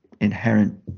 inherent